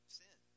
sin